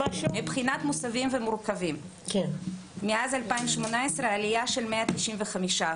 מבחינת מוסבים ומורכבים: מאז שנת 2018 עד 2021 יש עלייה של 195 אחוזים.